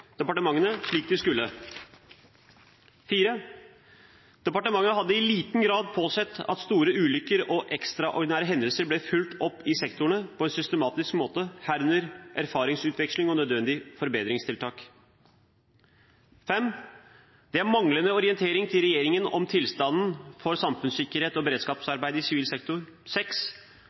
departementet slik de skulle. Departementet hadde i liten grad påsett at store ulykker og ekstraordinære hendelser ble fulgt opp i sektorene på en systematisk måte, herunder erfaringsutveksling og nødvendige forbedringstiltak. Det er manglende orientering til regjeringen om tilstanden for samfunnssikkerhet og beredskapsarbeid i